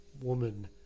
woman